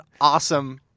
awesome